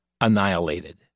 annihilated